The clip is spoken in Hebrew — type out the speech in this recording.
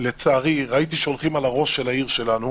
לצערי ראיתי שהולכים על הראש של העיר שלנו,